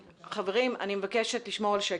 חברים, אני מבקשת לשמור על השקט.